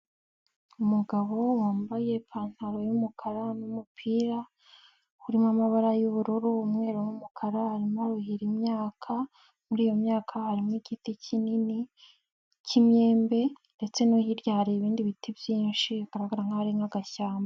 Umugabo wambaye ipantaro y'umukara n'umupira urimo amabara y'ubururu umweru n'umukara, arimo aruhira imyaka muri iyo myaka harimo igiti kinini cy'imyembe ndetse no hirya hari ibindi biti byinshi bigaragara nk'aharimo agashyamba.